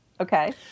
Okay